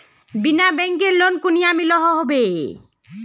बिना बैंकेर लोन कुनियाँ मिलोहो होबे?